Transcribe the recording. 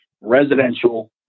residential